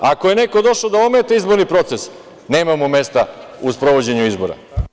Ako je neko došao da ometa izborni proces, nema mu mesta u sprovođenju izbora.